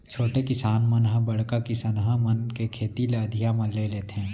छोटे किसान मन ह बड़का किसनहा मन के खेत ल अधिया म ले लेथें